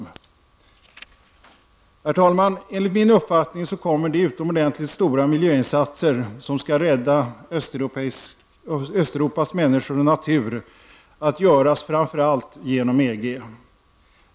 Herr talman! Enligt min uppfattning kommer de utomordentligt stora miljöinsatser som skall rädda Östeuropas människor och natur att göras framför allt genom EG.